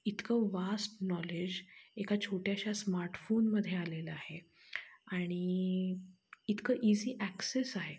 इतकं vast knowledge एका छोट्याशा स्मार्टफोनमध्ये आलेलं आहे आणि इतकं इझी ॲक्सेस आहे